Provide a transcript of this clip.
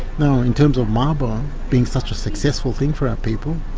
now in terms of mabo being such a successful thing for our people,